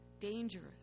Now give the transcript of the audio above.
dangerous